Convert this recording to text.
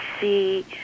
see